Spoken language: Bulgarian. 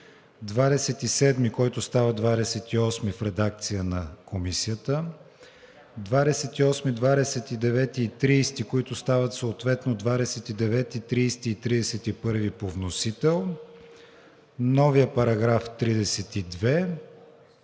27, който става 28 в редакция на Комисията; 28, 29 и 30, които стават съответно 29, 30 и 31 по вносител; новия § 32